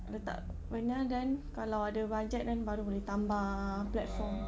letak vinyl dan kalau ada budget then baru boleh tambah platform